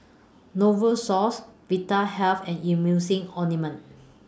Novosource Vitahealth and Emulsying Ointment